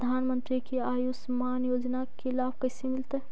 प्रधानमंत्री के आयुषमान योजना के लाभ कैसे मिलतै?